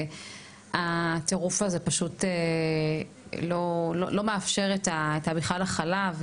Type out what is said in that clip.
הטירוף הזה פשוט לא מאפשר בכלל הכלה.